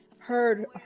Heard